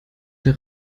der